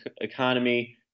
economy